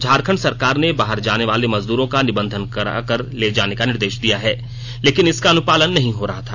झारखंड सरकार ने बाहर जाने वाले मजदूरों का निबंधन करा कर ले जाने का निर्देश दिया है लेकिन इसका अनुपालन नहीं हो रहा था